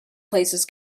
places